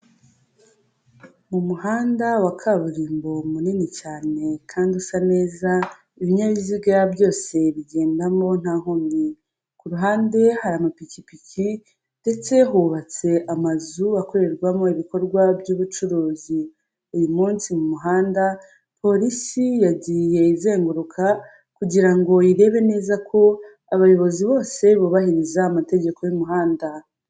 Umuhanda wa kaburimbo munini cyane kandi usa neza ibinyabiziga byose bigendamo nta nkomyi ku ruhande hari amapikipiki ndetse hubatse amazu akorerwamo ibikorwa by'ubucuruzi uyu munsi mu muhanda polisi yagiye izenguruka kugira ngo irebe neza ko abayobozi bose bubahiriza amategeko y'umuhanda.